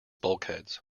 bulkheads